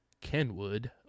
Kenwood